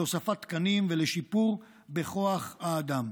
להוספת תקנים ולשיפור בכוח האדם.